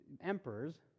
emperors